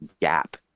gap